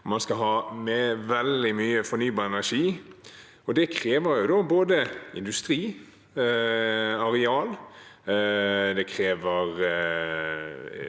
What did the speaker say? Man skal ha veldig mye fornybar energi. Det krever både industri og areal,